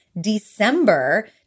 December